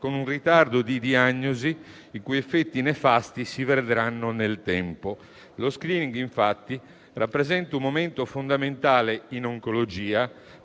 con un ritardo di diagnosi i cui effetti nefasti si vedranno nel tempo. Lo *screening*, infatti, rappresenta un momento fondamentale in oncologia